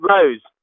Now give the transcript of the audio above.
Rose